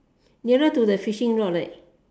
nearer to the fishing rod